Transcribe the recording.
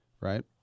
Right